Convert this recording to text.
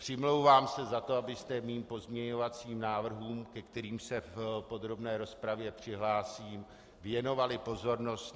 Přimlouvám se za to, abyste mým pozměňovacím návrhům, ke kterým se v podrobné rozpravě přihlásím, věnovali pozornost.